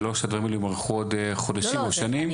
ולא שהדברים האלה יימרחו עוד חודשים או שנים.